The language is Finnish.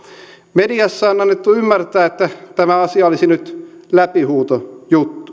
mediassa on annettu ymmärtää että tämä asia olisi nyt läpihuutojuttu